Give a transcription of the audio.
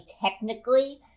technically